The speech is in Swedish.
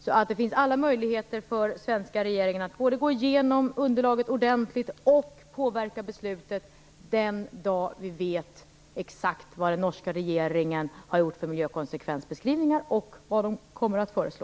Det finns alltså alla möjligheter för den svenska regeringen att både gå igenom underlaget ordentligt och att påverka beslutet den dag man vet exakt vilka miljökonsekvensbeskrivningar den norska regeringen har gjort och vad den kommer att föreslå.